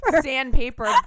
Sandpaper